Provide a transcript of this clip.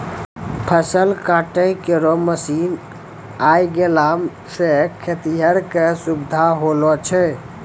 फसल काटै केरो मसीन आएला सें खेतिहर क सुबिधा होलो छै